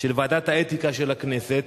של ועדת האתיקה של הכנסת